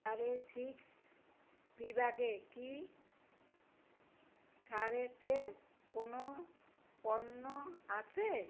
আরে সিক্স বিভাগে কি ছাড়েতে কোনো পণ্য আছে